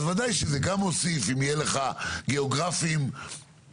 בוודאי שזה גם מוסיף אם יהיה לך גיאוגרפים שמכירים,